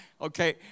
Okay